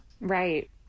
right